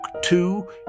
two